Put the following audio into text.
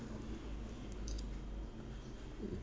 mm